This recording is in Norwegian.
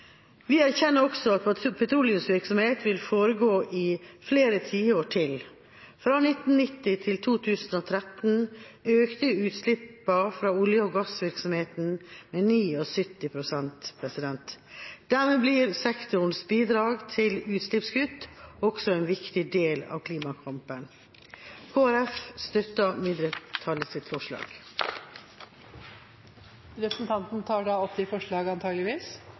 Vi erkjenner også at petroleumsvirksomhet vil foregå i flere tiår til. Fra 1990 til 2013 økte utslippene fra olje- og gassvirksomheten med 79 pst. Dermed blir sektorens bidrag til utslippskutt også en viktig del av klimakampen. Jeg tar herved opp forslaget fra Kristelig Folkeparti og Venstre. Da har representanten Rigmor Andersen Eide tatt opp